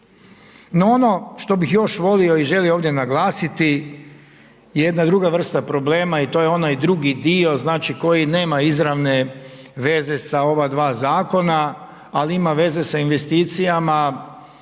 No, ono što bih još volio i želio ovdje naglasiti je jedna druga vrsta problema i to je onaj drugi dio, znači koji nema izravne veze sa ova dva zakona. Ali ima veze sa investicijama